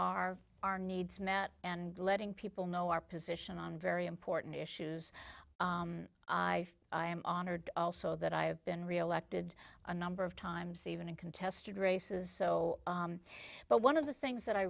our our needs met and letting people know our position on very important issues i am honored also that i have been reelected a number of times even in contested races so but one of the things that i